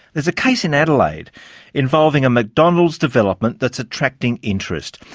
there's a case in adelaide involving a mcdonald's development that's attracting interest.